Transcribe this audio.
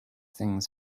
things